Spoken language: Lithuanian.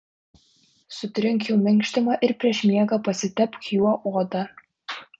sutrink jų minkštimą ir prieš miegą pasitepk juo odą